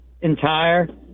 entire